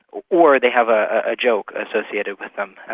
or they have a ah joke associated with them.